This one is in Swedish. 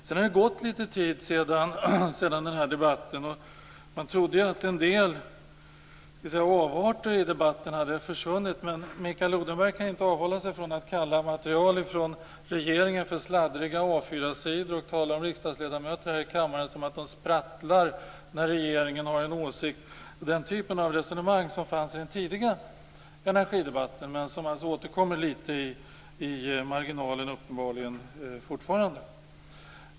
Sedan har det gått litet tid efter det här. Man trodde att en del avarter i debatten hade försvunnit. Men Mikael Odenberg kan inte avhålla sig från att kalla material från regeringen för sladdriga A 4-sidor och att tala riksdagsledamöter här i kammaren som att de sprattlar när regeringen har en åsikt. Det är en typ av resonemang som fanns i den tidiga energidebatten, men som alltså uppenbarligen fortfarande återkommer litet i marginalen.